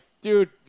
dude